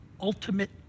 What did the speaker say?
ultimate